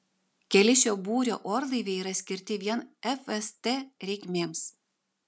keli šio būrio orlaiviai yra skirti vien fst reikmėms